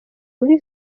muri